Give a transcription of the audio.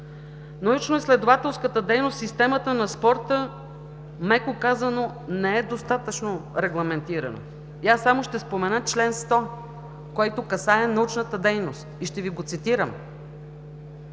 Научноизследователската дейност в системата на спорта, меко казано, не е достатъчно регламентирана и аз само ще спомена чл. 100, който касае научната дейност. Ще Ви го цитирам.